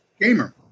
gamer